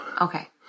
Okay